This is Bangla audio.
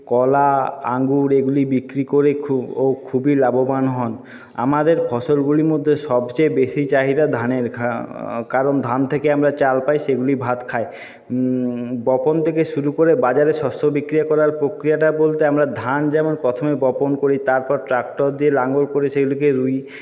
কলা আঙুর এগুলি বিক্রি করে ও খুবই লাভবান হন আমাদের ফসলগুলির মধ্যে সবচেয়ে বেশি চাহিদা ধানের কারণ ধান থেকে আমরা চাল পাই সেগুলি ভাত খাই বপন থেকে শুরু করে বাজারে শস্য বিক্রি করার প্রক্রিয়াটা বলতে আমরা ধান যেমন প্রথমে বপন করি তারপর ট্রাক্টর দিয়ে লাঙল করে সেগুলিকে রুই